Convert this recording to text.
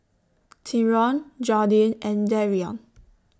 Tyron Jordin and Darrion